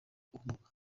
ubumuga